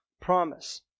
promise